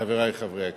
חברי חברי הכנסת,